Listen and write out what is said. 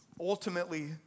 ultimately